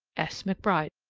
s. mcbride.